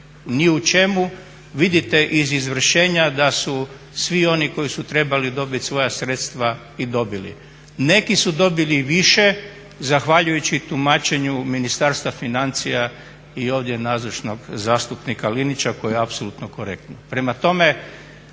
ni u čemu. Vidite iz izvršenja da su svi oni koji su trebali dobiti svoja sredstva i dobili. Neki su dobili više zahvaljujući tumačenju Ministarstva financija i ovdje nazočnog zastupnika Linića koji je apsolutno korektan.